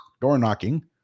door-knocking